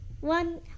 One